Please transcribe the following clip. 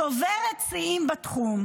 שוברת שיאים בתחום.